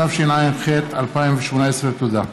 התשע"ח 2018. תודה.